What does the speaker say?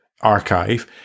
archive